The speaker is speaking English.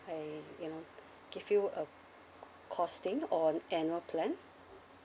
I you know give you a costing on annual plan